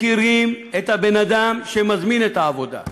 מכירים את הבן-אדם שמזמין את העבודה,